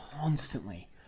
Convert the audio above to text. constantly